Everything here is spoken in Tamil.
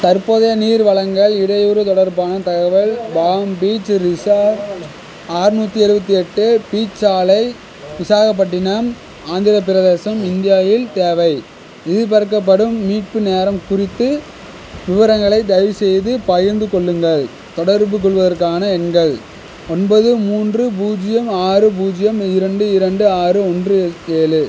தற்போதைய நீர் வழங்கல் இடையூறு தொடர்பான தகவல் பாம் பீச் ரிசார்ட்ஸ் அறுநுாற்றி எழுவத்தி எட்டு பீச் சாலை விசாகப்பட்டினம் ஆந்திரப் பிரதேசம் இந்தியாயில் தேவை எதிர்பார்க்கப்படும் மீட்பு நேரம் குறித்து விவரங்களை தயவுசெய்து பகிர்ந்துக் கொள்ளுங்கள் தொடர்புக் கொள்வதற்கான எண்கள் ஒன்பது மூன்று பூஜ்ஜியம் ஆறு பூஜ்ஜியம் இரண்டு இரண்டு ஆறு ஒன்று ஏழு